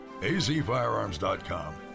azfirearms.com